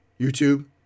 YouTube